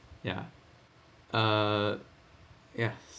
yeah uh yes